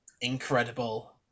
incredible